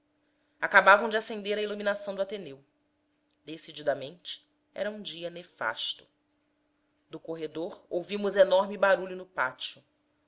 acabavam de acender a iluminação do ateneu decididamente era um dia nefasto do corredor ouvimos enorme barulho no pátio